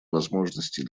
возможностей